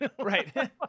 right